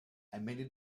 admitted